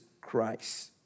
Christ